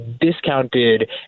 discounted